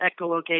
echolocation